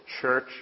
church